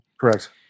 Correct